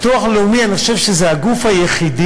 הביטוח הלאומי, אני חושב שזה הגוף היחידי